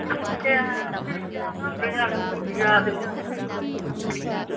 minute ꯀꯌꯥ ꯉꯥꯡꯗꯣꯏꯖꯥꯠꯅꯣ ꯈꯪꯗꯦ ꯌꯥꯗ꯭ꯔꯤꯖꯥꯠꯂ